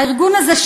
הארגון הזה,